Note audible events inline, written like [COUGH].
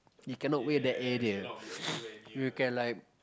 you cannot wait that area [NOISE] you can like